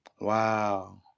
Wow